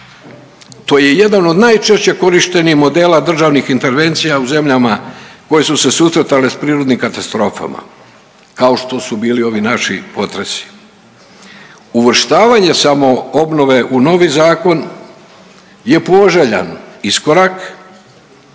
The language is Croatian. To je jedan od najčešće korištenih modela državnih intervencija u zemljama koje su se susretale sa prirodnim katastrofama kao što su bili ovi naši potresi. Uvrštavanje samo obnove u novi zakon je poželjan iskorak